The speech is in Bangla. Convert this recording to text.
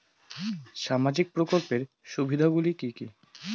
সামাজিক প্রকল্পের সুবিধাগুলি কি কি?